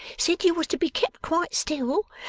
said you was to be kept quite still,